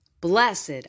Blessed